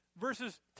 Verses